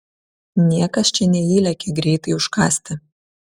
niekas čia neįlekia greitai užkąsti